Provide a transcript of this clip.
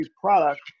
product